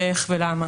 ואיך ולמה.